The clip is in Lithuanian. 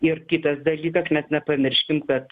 ir kitas dalykas mes nepamirškim kad